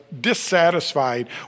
dissatisfied